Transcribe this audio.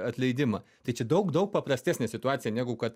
atleidimą tai čia daug daug paprastesnė situacija negu kad